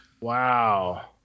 Wow